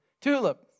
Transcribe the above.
Tulip